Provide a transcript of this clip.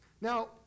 Now